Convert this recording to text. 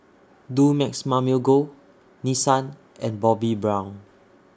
Dumex Mamil Gold Nissan and Bobbi Brown